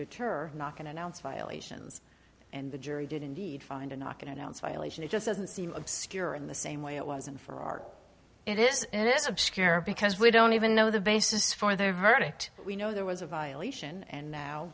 deter knock and announce violations and the jury did indeed find a knock and announce violation it just doesn't seem obscure in the same way it was and for art it is and it is obscure because we don't even know the basis for their verdict we know there was a violation and now